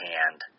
Hand